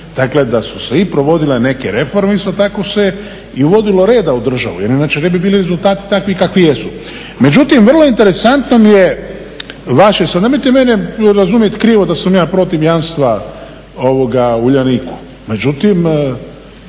Dakle, da su se i provodile neke reforme, isto tako se i uvodilo reda u državu inače ne bi bili rezultati takvi kakvi jesu. Međutim, vrlo interesantno mi je vaše, sad nemojte mene razumjeti krivo da sam ja protiv jamstva Uljaniku, međutim